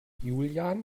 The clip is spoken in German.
julian